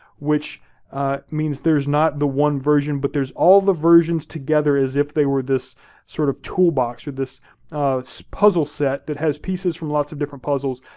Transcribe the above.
which means there's not the one version, but there's all the versions together as if they were this sort of toolbox or this so puzzle set that has pieces from lots of different puzzles,